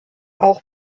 auch